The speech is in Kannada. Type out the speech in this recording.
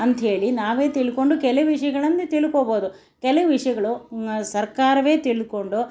ಅಂತೇಳಿ ನಾವೇ ತಿಳ್ಕೊಂಡು ಕೆಲವು ವಿಷಯಗಳನ್ನು ತಿಳ್ಕೊಬೋದು ಕೆಲವು ವಿಷಯಗಳು ಸರ್ಕಾರವೇ ತಿಳ್ಕೊಂಡು